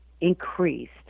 increased